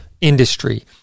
industry